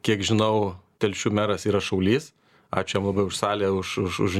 kiek žinau telšių meras yra šaulys ačiū jam labai už salę už už už